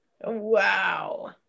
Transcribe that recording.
Wow